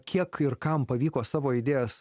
kiek ir kam pavyko savo idėjas